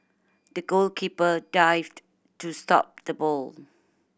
the goalkeeper dived to stop the ball